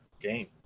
game